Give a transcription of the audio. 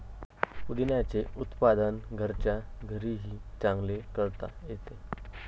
पुदिन्याचे उत्पादन घरच्या घरीही चांगले करता येते